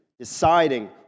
Deciding